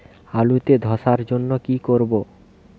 আলুতে ধসার জন্য কি করব?